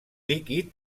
líquid